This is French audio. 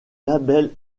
label